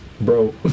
bro